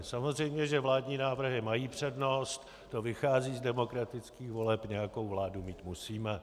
Samozřejmě, že vládní návrhy mají přednost, to vychází z demokratických voleb, nějakou vládu mít musíme.